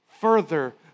further